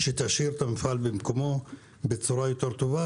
כדי להשאיר את המפעל במקומו בצורה יותר טובה.